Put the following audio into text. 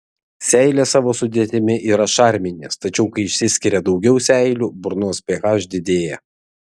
seilės savo sudėtimi yra šarminės tačiau kai išsiskiria daugiau seilių burnos ph didėja